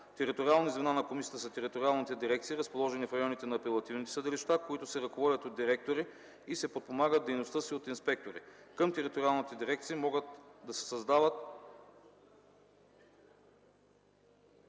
Териториални звена на комисията са териториалните дирекции, разположени в районите на апелативните съдилища, които се ръководят от директори и се подпомагат в дейността си от инспектори. Към териториалните дирекции могат да се създават